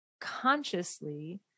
consciously